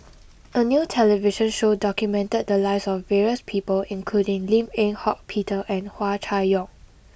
a new television show documented the lives of various people including Lim Eng Hock Peter and Hua Chai Yong